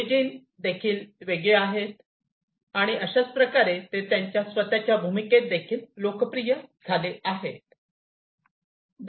origin उत्पत्ती देखील वेगळी आहे आणि अशाच प्रकारे ते त्यांच्या स्वत च्या भूमिकेत देखील लोकप्रिय झाले आहेत